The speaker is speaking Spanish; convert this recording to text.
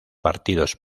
partidos